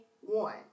one